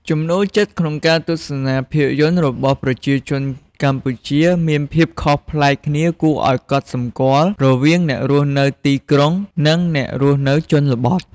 ចំណូលចិត្តក្នុងការទស្សនាភាពយន្តរបស់ប្រជាជនកម្ពុជាមានភាពខុសប្លែកគ្នាគួរឱ្យកត់សម្គាល់រវាងអ្នករស់នៅទីក្រុង និងអ្នករស់នៅជនបទ។